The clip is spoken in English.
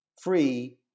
Free